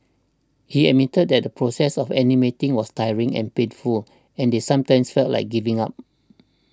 he admitted that the process of animating was tiring and painful and they sometimes felt like giving up